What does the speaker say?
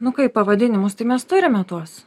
nu kaip pavadinimus tai mes turime tuos